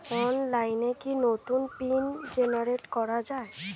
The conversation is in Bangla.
অনলাইনে কি নতুন পিন জেনারেট করা যায়?